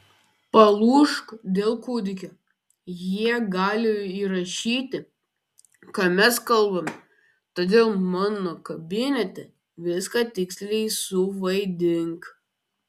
palūžk dėl kūdikio jie gali įrašyti ką mes kalbame todėl mano kabinete viską tiksliai suvaidink